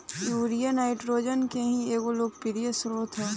urea nitrogen के ही एगो लोकप्रिय स्रोत ह